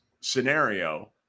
scenario